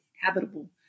habitable